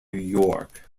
york